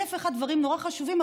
אלף ואחד דברים נורא חשובים,